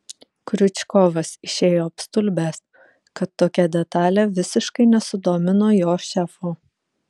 kriučkovas išėjo apstulbęs kad tokia detalė visiškai nesudomino jo šefo